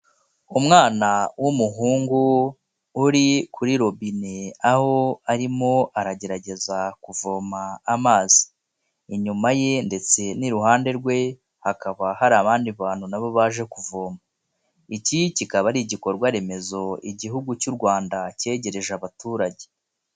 Umwana w'umuhungu uri kuri robine, aho arimo aragerageza kuvoma amazi, inyuma ye ndetse n'iruhande rwe hakaba hari abandi bantu na bo baje kuvoma. Iki kikaba ari igikorwa remezo Igihugu cy'u Rwanda cyegereje abaturage.